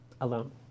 Alone